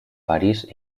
parís